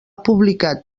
publicat